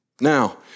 Now